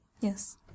Yes